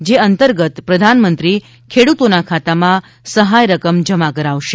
જે અંતર્ગત પ્રધાનમંત્રી ખેડૂતોના ખાતામાં સહાય રકમ જમા કરાવશે